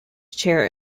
chair